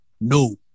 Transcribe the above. no